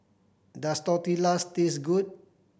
does Tortillas taste good